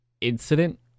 incident